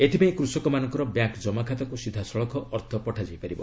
ଏଥିପାଇଁ କୃଷକମାନଙ୍କର ବ୍ୟାଙ୍କ୍ ଜମାଖାତାକୁ ସିଧାସଳଖ ଅର୍ଥ ପଠାଯିବ